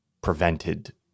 prevented